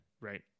Right